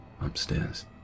upstairs